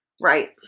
Right